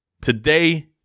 Today